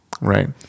Right